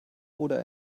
oder